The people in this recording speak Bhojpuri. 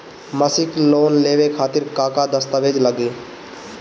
मसीक लोन लेवे खातिर का का दास्तावेज लग ता?